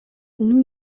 new